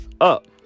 up